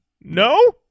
no